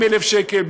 200,000 שקל,